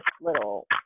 little